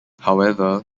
however